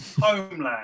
homeland